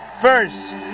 first